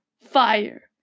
Fire